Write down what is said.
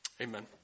Amen